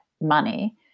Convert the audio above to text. money